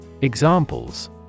Examples